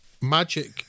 magic